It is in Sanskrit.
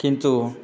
किन्तु